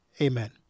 Amen